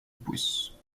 pousse